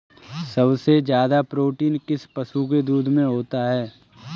सबसे ज्यादा प्रोटीन किस पशु के दूध में होता है?